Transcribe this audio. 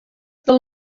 del